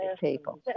people